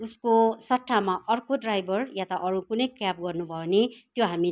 उसको सट्टामा अर्को ड्राइभर या त अरू कुनै क्याब गर्नु भो भने त्यो हामीलाई